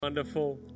Wonderful